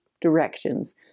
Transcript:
directions